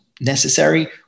necessary